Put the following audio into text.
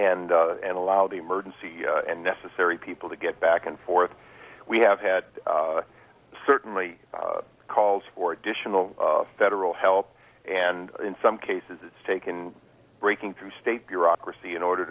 and and allow the emergency and necessary people to get back and forth we have had certainly calls for additional federal help and in some cases it's taken breaking through state bureaucracy in order